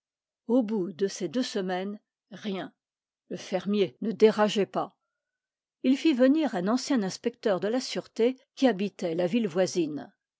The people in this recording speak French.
au bout de ces deux semaines rien le fermier ne dérageait pas il fit venir un ancien inspecteur de la sûreté qui habitait la ville voisine